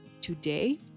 today